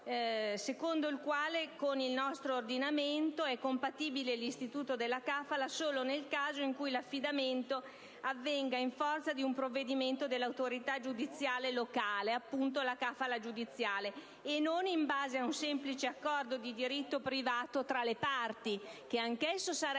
secondo il quale con il nostro ordinamento è compatibile l'istituto della *kafala* solo nel caso in cui l'affidamento avvenga in forza di un provvedimento dell'autorità giudiziale locale (appunto la *kafala* giudiziale) e non in base a un semplice accordo di diritto privato tra le parti, che anch'esso sarebbe